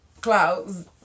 clouds